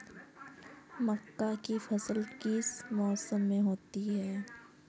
मक्का की फसल किस मौसम में होती है?